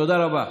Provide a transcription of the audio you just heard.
תודה רבה.